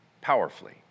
powerfully